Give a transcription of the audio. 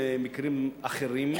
במקרים אחרים,